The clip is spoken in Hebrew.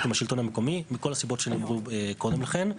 עם השלטון המקומי מכל הסיבות שנאמרו קודם לכן.